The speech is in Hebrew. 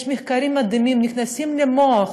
יש מחקרים מדהימים: נכנסים למוח,